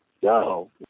go